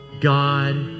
God